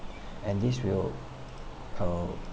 and this will err